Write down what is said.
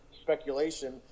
speculation